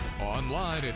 online